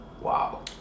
Wow